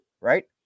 right